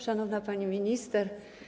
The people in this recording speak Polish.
Szanowna Pani Minister!